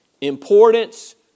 importance